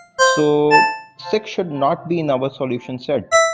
so six should not be in our solution set.